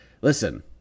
listen